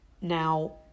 now